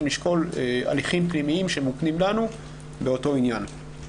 נשקול הליכים פנימיים שמוקנים לנו באותו עניין.